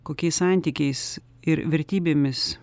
kokiais santykiais ir vertybėmis